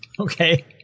Okay